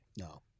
no